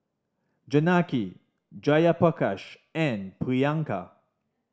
Janaki Jayaprakash and Priyanka